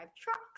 trucks